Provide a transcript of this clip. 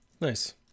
Nice